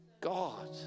god